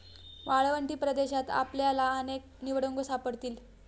वाळवंटी प्रदेशात आपल्याला अनेक निवडुंग सापडतील